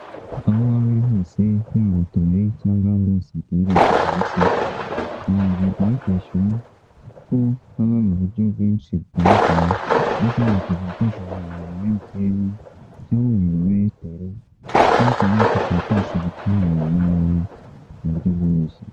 Inzu irimo abantu bakoreramo ba MTN,ndikubona abantu batatu bafite ibirangantego bya MTN,hari n'ufite igipankarite ari kerekana uko babishyura kuri momo payi nabandi babiri , n'undi ufite apareye ushobora kuba ari gufotora n'undi urimo imbere muri kontwari.